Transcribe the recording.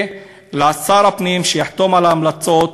ושר הפנים, שיחתום על ההמלצות,